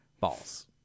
balls